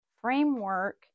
framework